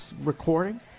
recording